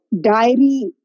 diary